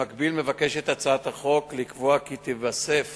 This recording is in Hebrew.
במקביל, מבקשת הצעת החוק לקבוע כי תתווסף